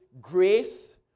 grace